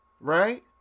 right